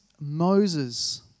Moses